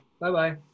Bye-bye